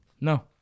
No